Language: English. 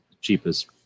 cheapest